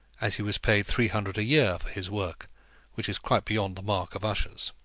as he was paid three hundred a year for his work which is quite beyond the mark of ushers.